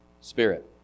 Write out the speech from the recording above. Spirit